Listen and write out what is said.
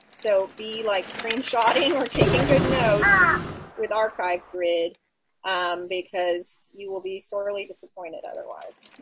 so be like screenshoting or taking good notes with archive grid because you will be sorely disappointed otherwise.